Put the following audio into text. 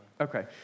Okay